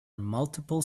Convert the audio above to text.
multiple